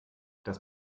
das